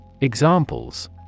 Examples